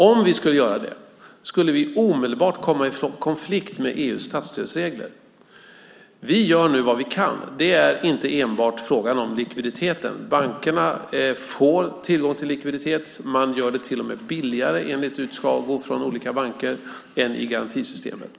Om vi skulle göra det skulle vi omedelbart komma i konflikt med EU:s statsstödsregler. Vi gör nu vad vi kan. Det är inte enbart fråga om likviditeten. Bankerna får tillgång till likviditet. Man gör det till och med billigare, enligt utsagor från olika banker, än i garantisystemet.